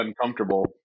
uncomfortable